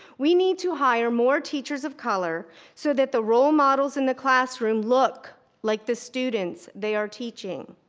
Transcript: we need to hire more teachers of color so that the role models in the classroom look like the students they are teaching.